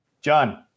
John